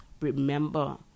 remember